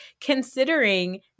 considering –